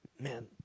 man